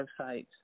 websites